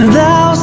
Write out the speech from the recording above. Thou